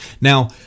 Now